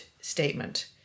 statement